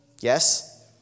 Yes